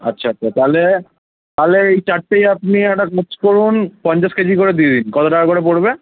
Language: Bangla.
আচ্ছা আচ্ছা তাহলে তাহলে এই চারটেই আপনি একটা কাজ করুন পঞ্চাশ কেজি করে দিয়ে দিন কতো টাকা করে পড়বে